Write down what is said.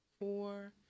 four